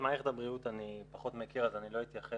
את מערכת הבריאות אני פחות מכיר אז אני לא אתייחס